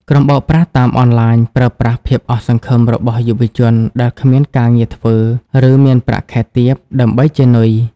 ក្រុមបោកប្រាស់តាមអនឡាញប្រើប្រាស់ "ភាពអស់សង្ឃឹម" របស់យុវជនដែលគ្មានការងារធ្វើ ឬមានប្រាក់ខែទាប ដើម្បីជានុយ។